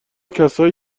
کسایی